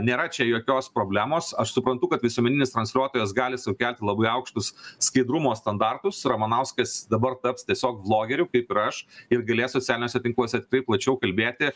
nėra čia jokios problemos aš suprantu kad visuomeninis transliuotojas gali sukelti labai aukštus skaidrumo standartus ramanauskas dabar taps tiesiog blogeriu kaip ir aš ir galės socialiniuose tinkluose tiktai plačiau kalbėti